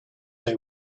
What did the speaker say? they